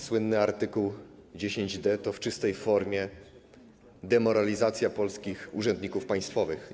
Słynny art. 10d to w czystej formie demoralizacja polskich urzędników państwowych.